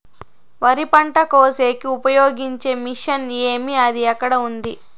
వరి పంట కోసేకి ఉపయోగించే మిషన్ ఏమి అది ఎక్కడ ఉంది?